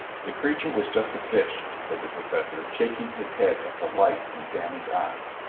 the creature was just a fish, said the professor shaking his head at the light in stanley's eyes.